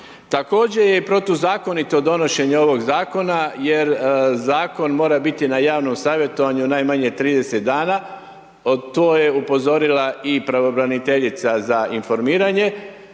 Također je i protuzakonito donošenje ovog Zakona jer Zakon mora biti na javnom savjetovanju najmanje 30 dana. Na to je upozorila i pravobraniteljica za informiranje.